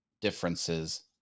differences